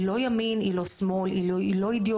היא לא ימין, היא לא שמאל, היא לא אידיאולוגית.